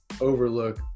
overlook